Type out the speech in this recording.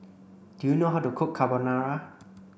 do you know how to cook Carbonara